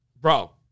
Bro